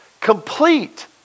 complete